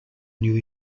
new